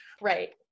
Right